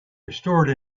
restored